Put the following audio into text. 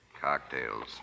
Cocktails